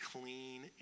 clean